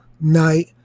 night